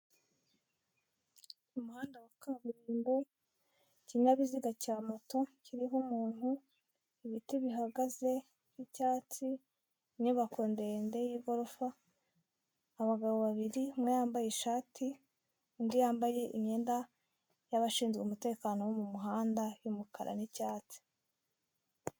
Umuhanda wa kaburimbo, ikinyabiziga cya moto kiriho umuntu, ibiti bihagaze by'icyatsi, inyubako ndende y'igorofa, abagabo babiri, umwe yambaye ishati, undi yambaye imyenda y'ababashinzwe umutekano wo mu muhanda y'umukara n'icyatsi.